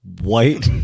white